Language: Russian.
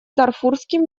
дарфурским